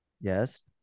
yes